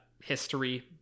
history